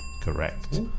Correct